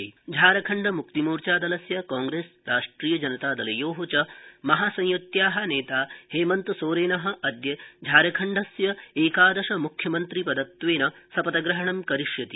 झारखंड झारखंड मुक्तिमोर्चादलस्य कांग्रेस राष्ट्रीय जनता दलयो च महासंयुत्या नेता हेमंतसोरेन अद्य झारखंडस्य एकादश म्ख्यमंत्री पदस्य शपथग्रहणं करिष्यति